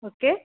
okay